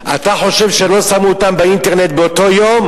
אתה חושב שלא שמו אותם באינטרנט באותו יום?